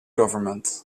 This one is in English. government